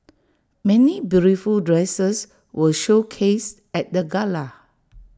many beautiful dresses were showcased at the gala